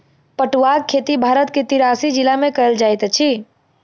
पटुआक खेती भारत के तिरासी जिला में कयल जाइत अछि